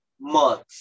month